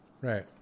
Right